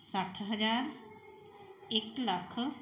ਸੱਠ ਹਜ਼ਾਰ ਇੱਕ ਲੱਖ